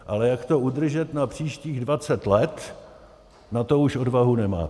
Ale jak to udržet na příštích dvacet let, na to už odvahu nemáte.